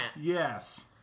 Yes